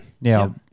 Now